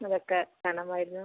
അതൊക്കെ വേണമായിരുന്നു